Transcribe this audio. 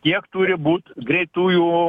kiek turi būt greitųjų